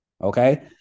Okay